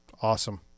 Awesome